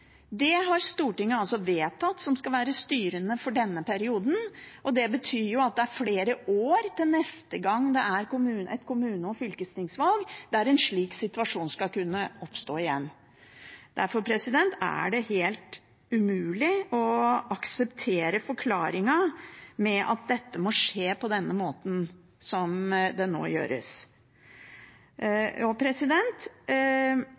Det har Stortinget vedtatt som styrende for denne perioden. Det er flere år til neste gang det er et kommune- og fylkestingsvalg der en slik situasjon skulle kunne oppstå igjen. Derfor er det helt umulig å akseptere forklaringen om at dette må skje på den måten som det nå gjøres.